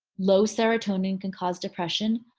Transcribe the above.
low serotonin can cause depression.